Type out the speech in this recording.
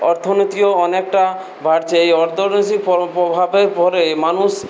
অর্থনীতিও অনেকটা বাড়ছে এই অর্থনীতির পড় প্রভাবের পরেই মানুষ